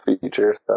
features